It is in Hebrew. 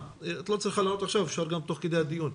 את לא צריכה לענות עכשיו, אפשר גם תוך כדי הדיון.